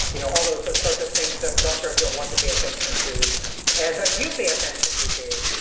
you know all those so sorts of things that doctors don't want to pay attention to and that you pay attention to, dave.